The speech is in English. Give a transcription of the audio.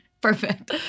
Perfect